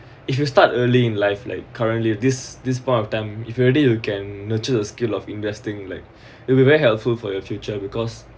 if you start early in life like currently with this this point of time if you already you can nurture the skill of investing like it'll be very helpful for your future because